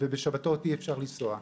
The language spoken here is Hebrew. ובשבתות אי אפשר לנסוע.